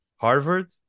Harvard